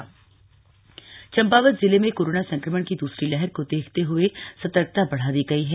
Champawat corona Champawat जिले में corona संक्रमण की दूसरी लहर को देखते हुए सतर्कता बढ़ा दी गई है